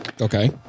okay